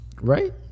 Right